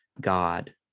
God